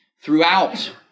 throughout